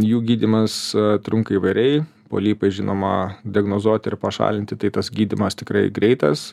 jų gydymas trunka įvairiai polipai žinoma diagnozuoti ir pašalinti tas gydymas tikrai greitas